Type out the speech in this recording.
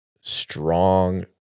strong